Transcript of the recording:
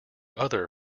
other